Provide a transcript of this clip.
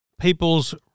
people's